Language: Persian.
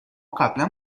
قبلا